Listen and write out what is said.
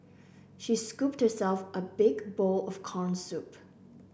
she scooped herself a big bowl of corn soup